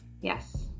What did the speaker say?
Yes